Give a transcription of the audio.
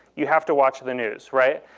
you have to watch the news. right?